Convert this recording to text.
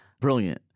Brilliant